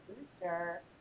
Booster